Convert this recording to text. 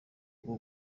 rwo